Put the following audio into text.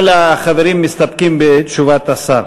כל החברים מסתפקים בתשובת השר,